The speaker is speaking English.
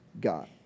God